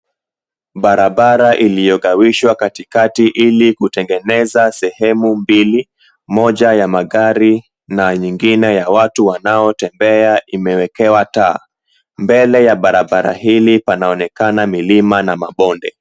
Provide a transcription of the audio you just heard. Barabara iliyogawishwa katikati ili kutengeneza sehemu mbili, moja ya magari na nyingine ya watu wanaotembea, imewekewa taa. Mbele ya barabara hili panaonekana milima na mabonde.